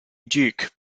duke